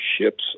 ships